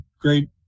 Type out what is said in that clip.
great